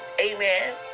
Amen